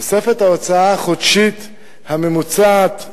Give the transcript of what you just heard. תוספת ההוצאה החודשית הממוצעת לנפש,